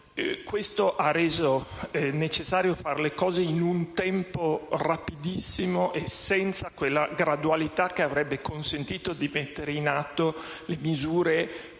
Questo ha reso necessario fare le cose in un tempo rapidissimo e senza quella gradualità che avrebbe consentito di mettere in atto le misure che,